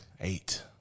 eight